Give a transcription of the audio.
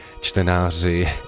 čtenáři